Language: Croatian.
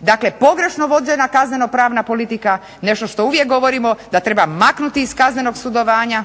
Dakle pogrešno vođena kaznenopravna politika, nešto što uvijek govorimo da treba maknuti iz kaznenog sudovanja,